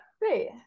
great